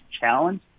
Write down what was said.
challenge